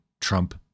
Trump